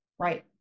Right